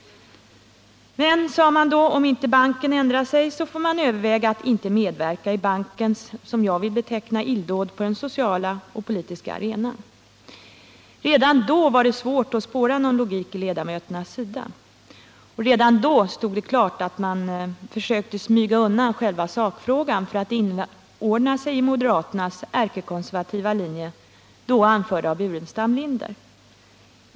Men man sade då, att om inte banken ändrar sig så får man överväga att inte medverka i bankens — som jag vill beteckna det — illdåd på den politiska och sociala arenan. Redan då var det svårt att spåra någon logik i ledamöternas agerande, och det stod klart att man försökte smyga undan själva sakfrågan för att inordna sig i moderaternas ärkekonservativa linje, då anförd av Staffan Burenstam Linder.